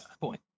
point